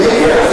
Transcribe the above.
מיקי,